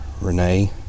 Renee